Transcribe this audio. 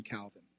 Calvin